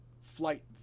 flight